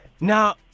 Now